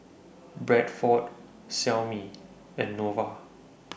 Bradford Xiaomi and Nova